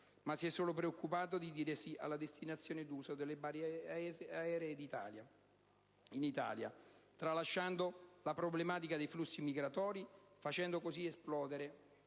ma si è solo preoccupato di dire sì alla destinazione d'uso delle basi aeree in Italia, tralasciando la problematica dei flussi migratori, facendo così esplodere